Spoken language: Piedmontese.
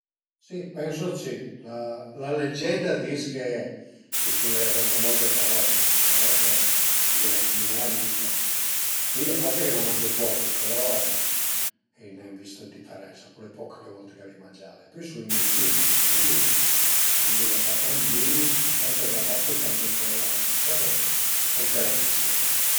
Si pensu dë si, la legenda a dis che a i sun le famoze carote, carote a dizu ch'a fan bin a la vista. Mi a parte che n'a mangiu poche, però ai ne viste dë diferensa, cule poche volte che l'ai mangiale, pöi a i sun i mirtilli, i mirtilli a dizu ch'a fan tant bin a part a tante aute coze, ma anche a la vista